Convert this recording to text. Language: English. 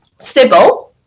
Sybil